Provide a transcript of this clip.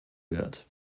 wird